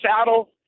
saddle